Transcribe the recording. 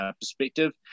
perspective